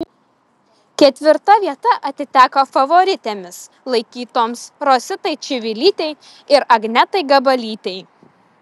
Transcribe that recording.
ketvirta vieta atiteko favoritėmis laikytoms rositai čivilytei ir agnetai gabalytei